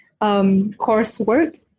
coursework